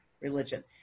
religion